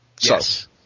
Yes